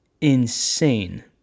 Insane